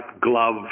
glove